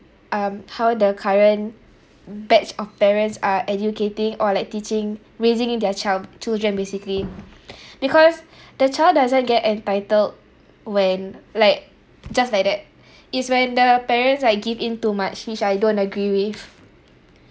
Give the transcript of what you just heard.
um how the current batch of parents are educating or like teaching raising their child children basically because the child doesn't get entitled when like just like that it's when the parents like give in too much which I don't agree with